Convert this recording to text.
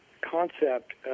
concept